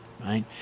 right